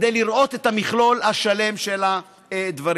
כדי לראות את המכלול השלם של הדברים.